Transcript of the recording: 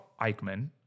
Eichmann